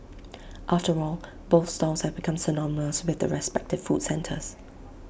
after all both stalls have become synonymous with the respective food centres